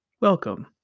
welcome